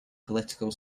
political